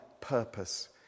purpose